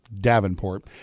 Davenport